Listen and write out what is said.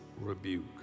rebuke